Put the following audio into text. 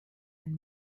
ein